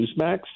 Newsmax